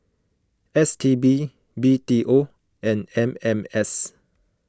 S T B B T O and M M S